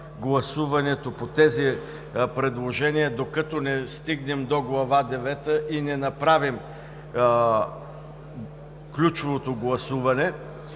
гласуването по тези предложения, докато не стигнем до Глава девета и не направим ключовото гласуване.